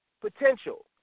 potential